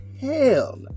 Hell